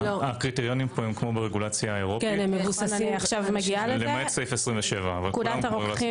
הקריטריונים פה הם כמו ברגולציה האירופית למעט סעיף 27. פקודת הרוקחים